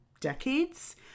decades